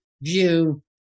view